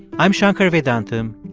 i'm shankar vedantam,